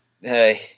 Hey